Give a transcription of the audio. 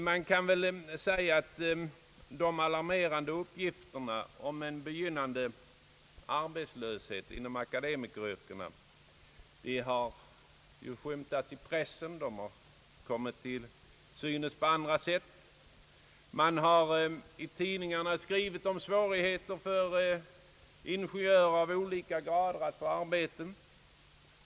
Man kan säga att alarmerande uppgifter om en begynnande arbetslöshet inom akademikeryrkena har skymtat i pressen och kommit till synes på andra sätt. Man har i tidningarna skrivit om svårigheter för ingenjörer av olika grader att få arbete.